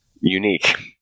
unique